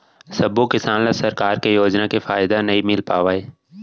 सबो किसान ल सरकार के योजना के फायदा नइ मिल पावय